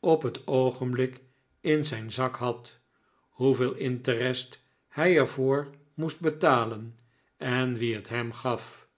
op het oogenblik in zijn zak had hoeveel interest hij er voor moest betalen en wie het hem gaf